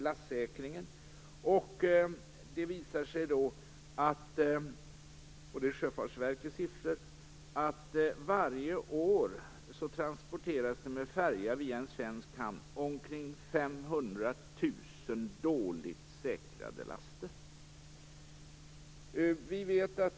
Det visade sig också - det här är alltså Sjöfartsverkets siffror - att det varje år transporteras omkring 500 000 dåligt säkrade laster med färja via svensk hamn.